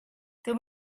there